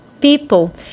People